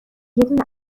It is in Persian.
دونه